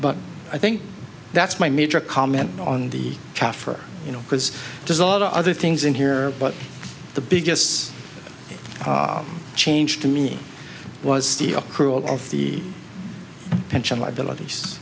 but i think that's my major comment on the kaffir you know because there's a lot of other things in here but the biggest change to me was the accrual of the pension liabilities